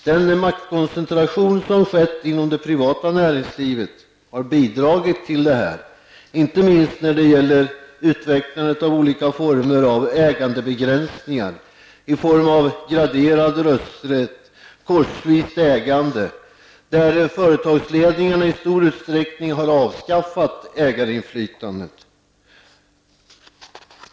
Den maktkoncentration som skett inom det privata näringslivet har bidragit till detta och inte minst till att begränsningar i äganderätten har utvecklats i form av graderad rösträtt och korsvist ägande, där företagsledningarna i stor utsträckning har avskaffat ägarinflytandet.